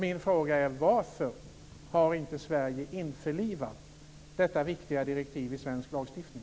Min fråga är: Varför har Sverige inte införlivat detta viktiga direktiv i svensk lagstiftning?